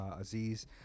aziz